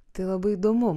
tai labai įdomu